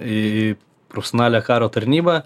į profesionalią karo tarnybą